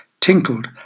tinkled